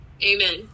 Amen